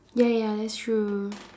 ya ya that's true